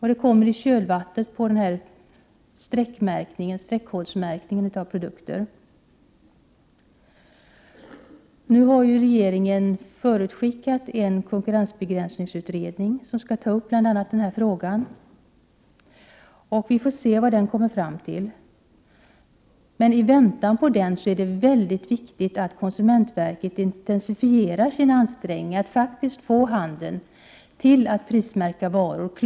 Detta kommer i kölvattnet efter införandet av streckkodsmärkningen av produkter. Regeringen har nu förutskickat en utredning om konkurrensbegränsning som skall ta upp bl.a. denna fråga, och vi får se vad den kommer fram till. Men i väntan på den utredningen är det mycket viktigt att konsumentverket intensifierar sina ansträngningar för att få handeln att klart och tydligt prismärka varor.